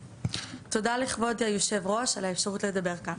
תודה לכבוד יושב הראש על האפשרות לדבר כאן.